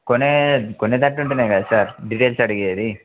కొనే కొనేటట్టు ఉంటేనే కాదు సార్ డిటైల్స్ అడిగేది